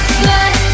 blood